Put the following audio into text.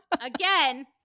Again